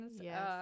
Yes